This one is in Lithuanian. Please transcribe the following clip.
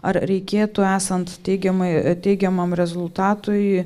ar reikėtų esant teigiamai teigiamam rezultatui